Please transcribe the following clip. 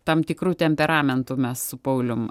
tam tikru temperamentu mes su paulium